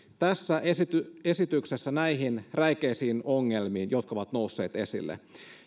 tässä esityksessä esityksessä näihin räikeisiin ongelmiin jotka ovat nousseet esille